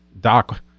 doc